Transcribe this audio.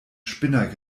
spinner